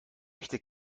echte